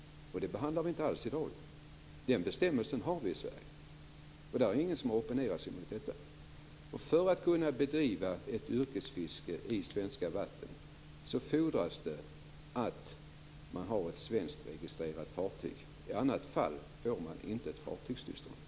Det behandlar vi inte alls i dag. Den bestämmelsen har vi i Sverige. Det är ingen som har opponerat sig mot detta. För att kunna bedriva ett yrkesfiske i svenska vatten fordras det att man har ett svenskregistrerat fartyg. I annat fall får man inte ett fartygstillstånd.